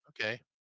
Okay